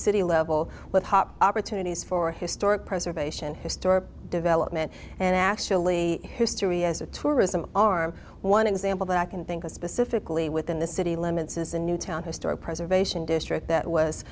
city level with hot opportunities for historic preservation historic development and actually history as a tourism are one example that i can think of specifically within the city limits is a new town historic preservation district that was